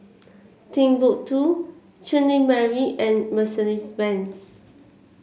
Timbuk two Chutney Mary and Mercedes Benz